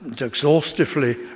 exhaustively